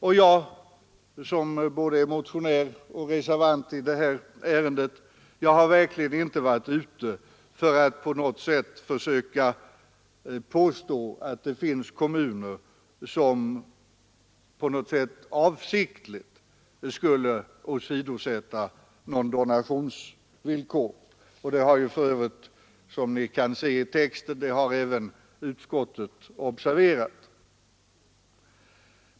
Och jag, som både är motionär och reservant i detta ärende, har verkligen inte varit ute för att på något sätt försöka påstå att det finns kommuner som avsiktligt skulle åsidosätta donationsvillkor — det har för övrigt, som framgår av texten, utskottsmajoriteten också observerat.